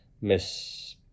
miss